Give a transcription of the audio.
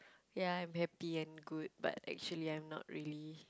ya I'm happy and good but actually I'm not really